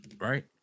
Right